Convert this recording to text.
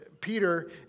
Peter